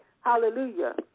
hallelujah